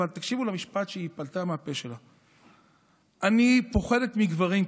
אבל תקשיבו למשפט שהיא פלטה מהפה שלה: אני פוחדת מגברים,